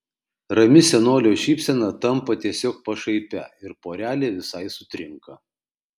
rami senolio šypsena tampa tiesiog pašaipia ir porelė visai sutrinka